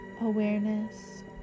Awareness